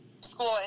school